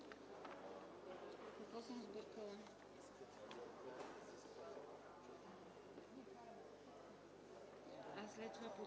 е следваща,